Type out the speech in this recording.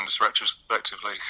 retrospectively